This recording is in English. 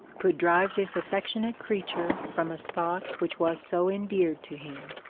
could drive this affectionate creature from a spot which was so endeared to him.